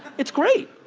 it's great.